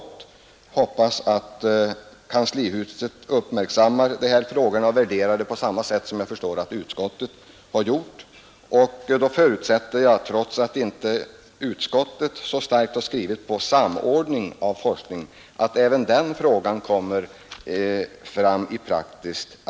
Jag hoppas att kanslihuset nu uppmärksammar dessa frågor och värderar dem på samma sätt som jag förstår att utskottet och vi motionärer har gjort. Då förutsätter jag, trots att utskottet inte tryckt så starkt på samordning av forskningen, att även den saken tillgodoses.